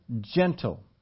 gentle